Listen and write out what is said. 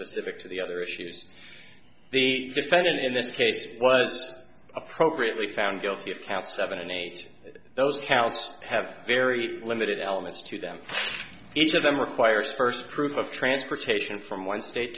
specific to the other issues the defendant in this case but it's appropriately found guilty of cas seven and eight those counts have very limited elements to them each of them requires first proof of transportation from one state